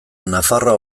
nafarroa